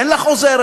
אין לך עוזרת?